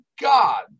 God